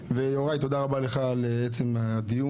ויוראי, תודה רבה לך על עצם הדיון.